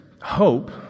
hope